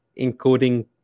encoding